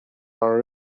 are